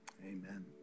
Amen